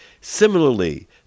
Similarly